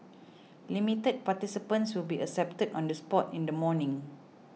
limited participants will be accepted on the spot in the morning